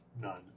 None